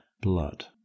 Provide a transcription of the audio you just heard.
blood